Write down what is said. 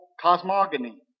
cosmogony